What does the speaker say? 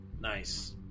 nice